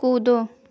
कूदो